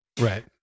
Right